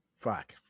fuck